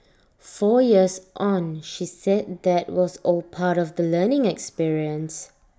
four years on she said that was all part of the learning experience